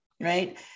right